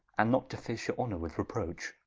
and not deface your honor with reproach?